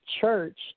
church